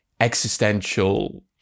existential